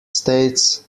states